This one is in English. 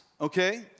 okay